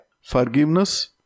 Forgiveness